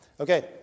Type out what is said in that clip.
Okay